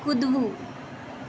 કૂદવું